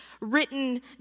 written